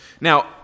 Now